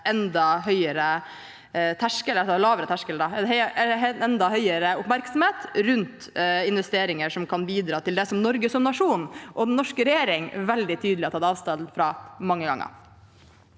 for mer oppmerksomhet rundt investeringer som kan bidra til det Norge som nasjon og den norske regjering veldig tydelig har tatt avstand fra mange ganger.